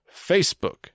Facebook